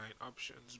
options